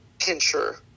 pincher